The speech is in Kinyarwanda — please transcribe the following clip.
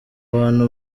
bantu